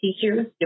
teachers